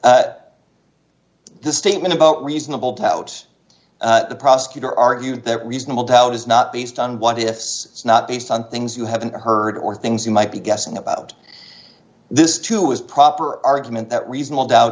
the statement about reasonable doubt the prosecutor argued that reasonable doubt is not based on what ifs it's not based on things you haven't heard or things you might be guessing about this too is proper argument that reasonable doubt